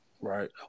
Right